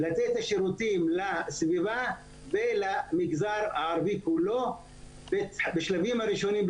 לתת שירותים לסביבה ולמגזר הערבי כולו בשלבים הראשונים,